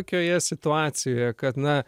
tokioje situacijoje kad na